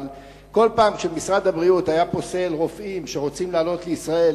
אבל כל פעם שמשרד הבריאות היה פוסל רופאים שרוצים לעלות לישראל,